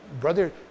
Brother